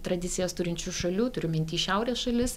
tradicijas turinčių šalių turiu minty šiaurės šalis